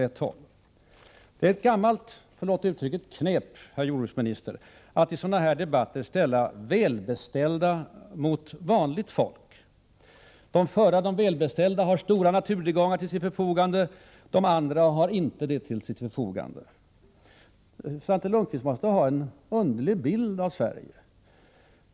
Det är ett gammalt — förlåt uttrycket! — knep, herr jordbruksminister, att i sådana här debatter ställa välbeställda mot vanligt folk och säga att de välbeställda har stora naturtillgångar till sitt förfogande, medan de andra inte har det. Svante Lundkvist måste ha en underlig bild av Sverige.